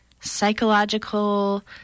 psychological